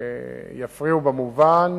שיפריעו במובן